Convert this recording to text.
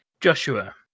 Joshua